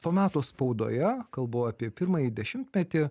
to meto spaudoje kalbu apie pirmąjį dešimtmetį